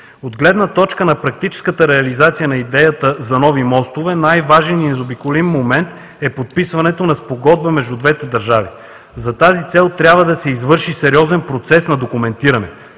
От гледна точка на практическата реализация на идеята за нови мостове най-важен и незаобиколим момент е подписването на спогодба между двете държави. За тази цел трябва да се извърши сериозен процес на документиране.